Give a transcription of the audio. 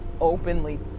openly